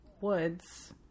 woods